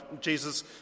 Jesus